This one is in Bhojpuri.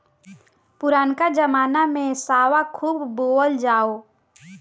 पुरनका जमाना में सावा खूब बोअल जाओ